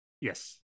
Yes